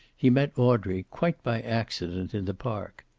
he met audrey quite by accident in the park.